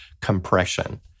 compression